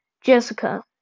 Jessica